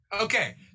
Okay